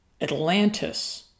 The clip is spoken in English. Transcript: Atlantis